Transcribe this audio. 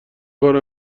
کار